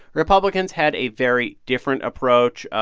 republicans had a very different approach. ah